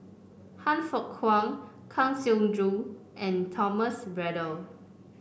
Han Fook Kwang Kang Siong Joo and Thomas Braddell